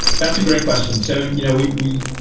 that's a great question. so you know we we